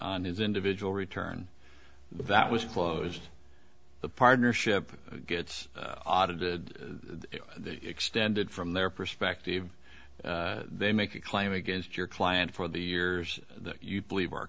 on his individual return that was closed the partnership gets audited that extended from their perspective they make a claim against your client for the years that you believe are